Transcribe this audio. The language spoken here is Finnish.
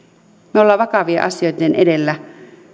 me olemme vakavien asioiden edessä